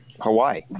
Hawaii